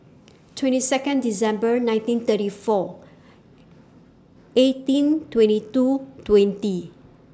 twenty Second December nineteen thirty four eighteen twenty two twenty